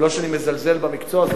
ולא שאני מזלזל במקצוע הזה,